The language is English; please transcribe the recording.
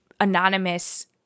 anonymous